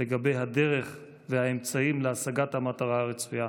לגבי הדרך והאמצעים להשגת המטרה הרצויה.